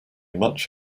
much